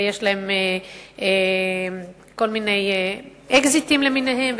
ויש להם כל מיני אקזיטים למיניהם,